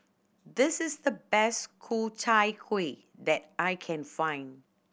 this is the best Ku Chai Kuih that I can find